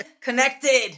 Connected